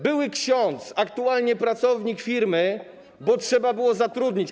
Były ksiądz, aktualnie pracownik firmy, bo trzeba było zatrudnić.